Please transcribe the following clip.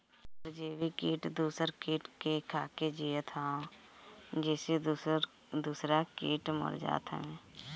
परजीवी किट दूसर किट के खाके जियत हअ जेसे दूसरा किट मर जात हवे